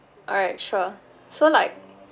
alright sure so like